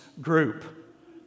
group